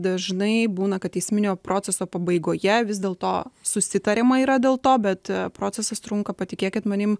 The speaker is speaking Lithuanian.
dažnai būna kad teisminio proceso pabaigoje vis dėl to susitariama yra dėl to bet procesas trunka patikėkit manim